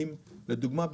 לדוגמה,